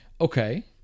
Okay